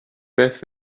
beth